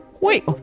Wait